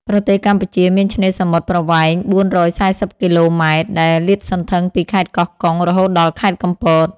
ប្រទេសកម្ពុជាមានឆ្នេរសមុទ្រប្រវែង ៤៤០ គ.ម ដែល លាតសន្ធឹងពីខេត្តកោះកុង រហូតដល់ខេត្តកំពត។